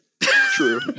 True